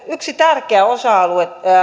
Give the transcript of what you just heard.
yksi tärkeä osa alue